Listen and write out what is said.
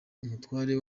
umutware